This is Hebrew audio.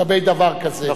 לגבי דבר כזה.